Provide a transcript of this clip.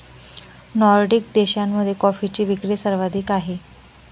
Nordic देशांमध्ये कॉफीची विक्री सर्वाधिक आहे